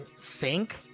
sink